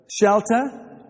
shelter